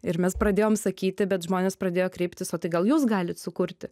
ir mes pradėjom sakyti bet žmonės pradėjo kreiptis o tai gal jūs galite sukurti